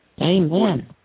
Amen